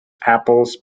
apples